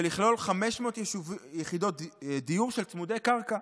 ולכלול 500 יחידות דיור של צמודי קרקע.